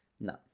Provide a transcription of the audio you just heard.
No